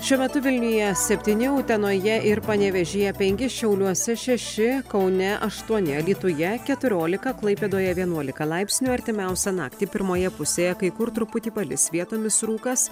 šiuo metu vilniuje septyini utenoje ir panevėžyje penki šiauliuose šeši kaune aštuoni alytuje keturiolika klaipėdoje vienuolika laipsnių artimiausią naktį pirmoje pusėje kai kur truputį palis vietomis rūkas